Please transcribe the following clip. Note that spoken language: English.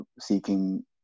seeking